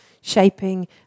shaping